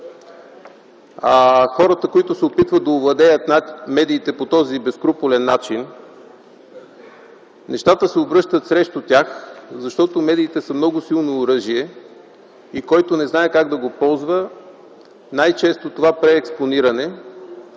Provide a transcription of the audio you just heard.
за хората, които се опитват да овладеят медиите по този безскрупулен начин, нещата се обръщат срещу тях. Защото медиите са много силно оръжие и който не знае как да го ползва - най-често това преекспониране,